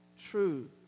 true